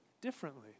differently